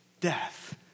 death